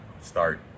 start